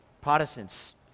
Protestants